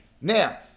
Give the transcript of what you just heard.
now